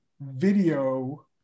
video